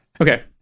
okay